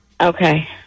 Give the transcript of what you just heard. Okay